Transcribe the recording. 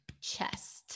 chest